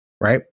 right